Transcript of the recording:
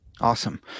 awesome